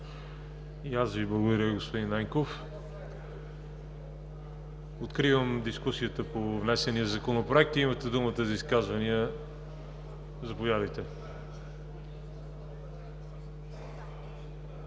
И аз Ви благодаря, господин Ненков. Откривам дискусията по внесения Законопроект. Имате думата за изказвания. Има